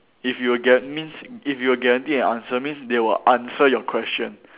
if you were get means if you were guaranteed an answer means they will answer your question